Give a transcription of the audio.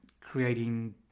creating